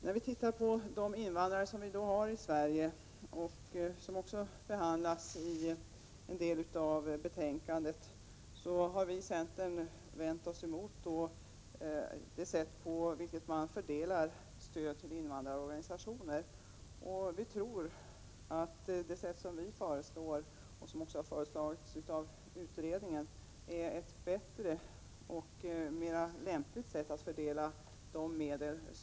När det gäller de invandrare vi i dag har i Sverige — också frågorna som gäller dem behandlas i det här betänkandet — vill jag säga att vi i centern har vänt oss emot det sätt på vilket man fördelat stödet till invandrarorganisationer. Vi tror att det sätt som vi föreslår och som också har föreslagits av utredningen är ett bättre och mer lämpligt sätt att fördela de medel som nu = Prot.